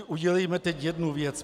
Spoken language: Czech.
Udělejme teď jednu věc.